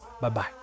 Bye-bye